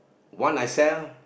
one I sell